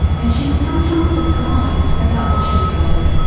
and she was sometimes surprised about what she discovered.